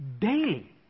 daily